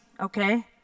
okay